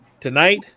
Tonight